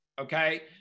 Okay